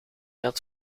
had